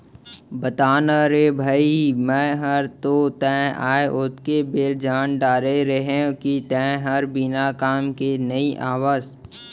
बता ना रे भई मैं हर तो तैं आय ओतके बेर जान डारे रहेव कि तैं हर बिना काम के नइ आवस